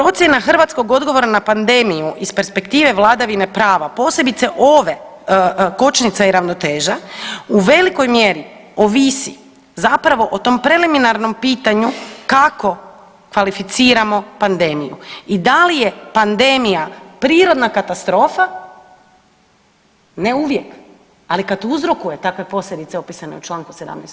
Dakle, procjena hrvatskog odgovora na pandemiju iz perspektive vladavine prava posebice ove kočnica i ravnoteža, u velikoj mjeri ovisi zapravo o tom preliminarnom pitanju kako kvalificiramo pandemiju i da li je pandemija prirodna katastrofa, ne uvije, ali kada uzrokuje takve posljedice opisane u čl. 17.